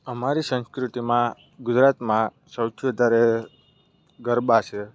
અમારી સંસ્કૃતિમાં ગુજરાતમાં સૌથી વધારે ગરબા છે